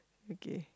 okay